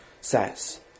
says